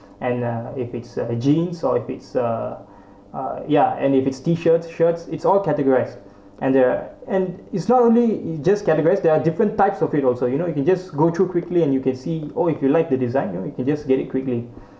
and uh if it's a jeans or if it's a uh ya and if it's t shirts shirts it's all categorised and there are and it's not only it just categorised there are different types of it also you know you can just go through quickly and you can see or if you like the design you know you can just get it quickly